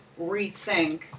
rethink